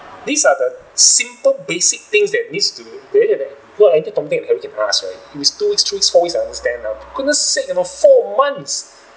these are the simple basic things that needs to addressed any tom dick and harry can ask right if it's two weeks three weeks four weeks I understand lah for goodness sake you know four months